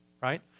right